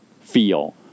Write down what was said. feel